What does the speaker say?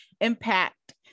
impact